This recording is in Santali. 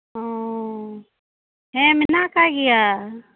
ᱚᱻ ᱦᱮᱸ ᱢᱮᱱᱟᱜ ᱟᱠᱟᱜ ᱜᱮᱭᱟ